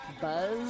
Buzz